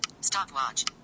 Stopwatch